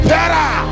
Better